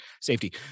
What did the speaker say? safety